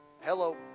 Hello